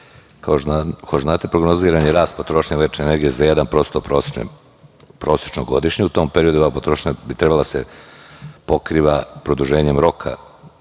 što znate je prognoziran rast potrošnje električne energije za 1% prosečno godišnje. U tom periodu ova potrošnja bi trebala da se pokriva produženjem roka